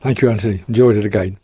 thank you antony, enjoyed it again